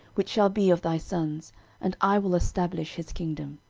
which shall be of thy sons and i will establish his kingdom.